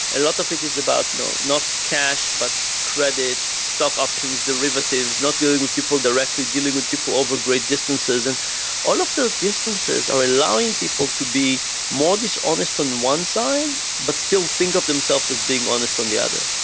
a lot of it is about you know not cash but credit, stock options, derivatives, not dealing with people directly, dealing with people over great distances, and all of those distances are allowing people to be more dishonest on one side but still think of themselves as being honest on the other.